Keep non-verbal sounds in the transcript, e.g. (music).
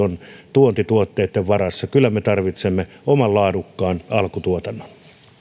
(unintelligible) on tuontituotteitten varassa kyllä me tarvitsemme oman laadukkaan alkutuotannon